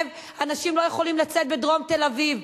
אנשים לא יכולים לצאת בדרום תל-אביב.